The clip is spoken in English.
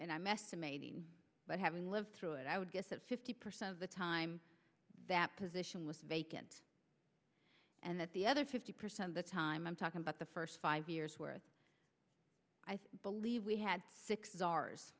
estimating but having lived through it i would guess that fifty percent of the time that position was vacant and that the other fifty percent of the time i'm talking about the first five years where i believe we had six is ours